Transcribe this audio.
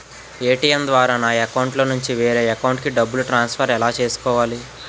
ATM ద్వారా నా అకౌంట్లోనుంచి వేరే అకౌంట్ కి డబ్బులు ట్రాన్సఫర్ ఎలా చేసుకోవాలి?